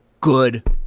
good